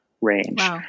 range